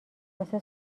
واسه